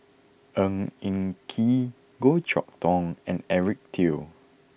Ng Eng Kee Goh Chok Tong and Eric Teo